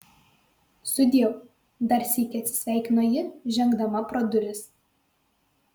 sudieu dar sykį atsisveikino ji žengdama pro duris